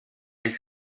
elle